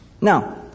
Now